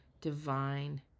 divine